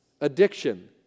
Addiction